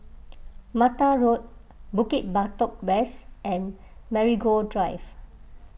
Mata Road Bukit Batok West and Marigold Drive